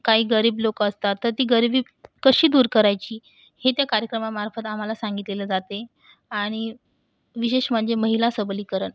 काही गरीब लोकं असतात तर ती गरिबी कशी दूर करायची हे त्या कार्यक्रमामार्फत आम्हाला सांगितले जाते आणि विशेष म्हणजे महिला सबलीकरण